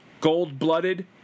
gold-blooded